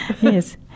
Yes